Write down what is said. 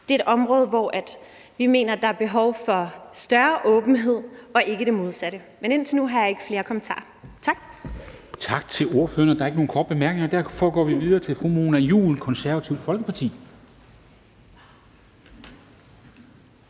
Det er et område, hvor vi mener der er behov for større åbenhed og ikke det modsatte. Men indtil videre har jeg ikke flere kommentarer. Tak.